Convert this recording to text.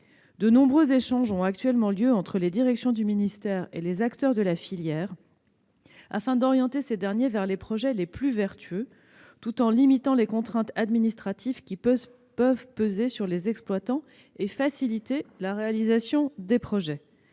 De nombreux échanges ont lieu actuellement entre les directions du ministère et les acteurs de la filière afin d'orienter ces derniers vers les projets les plus vertueux, tout en limitant les contraintes administratives qui peuvent peser sur les exploitants, et faciliter la réalisation des projets.